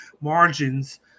margins